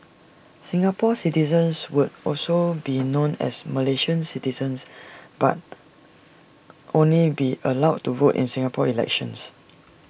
Singapore citizens would also be known as Malaysian citizens but only be allowed to vote in Singapore elections